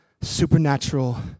supernatural